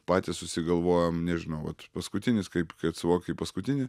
patys susigalvojom nežinau vat paskutinis kaip kad suvoki paskutinį